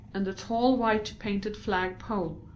and the tall white-painted flag-pole,